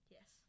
Yes